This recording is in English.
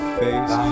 face